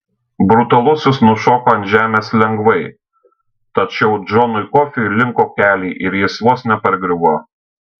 brutalusis nušoko ant žemės lengvai tačiau džonui kofiui linko keliai ir jis vos nepargriuvo